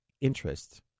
interest